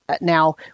now